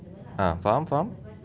ah faham faham